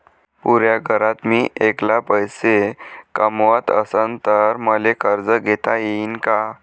पुऱ्या घरात मी ऐकला पैसे कमवत असन तर मले कर्ज घेता येईन का?